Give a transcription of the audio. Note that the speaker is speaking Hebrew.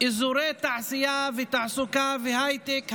אזורי תעשייה ותעסוקה והייטק,